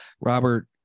Robert